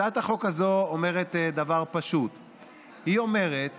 הצעת החוק הזו אומרת דבר פשוט, היא אומרת